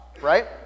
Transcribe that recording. right